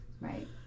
Right